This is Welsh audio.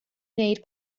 wneud